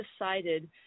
decided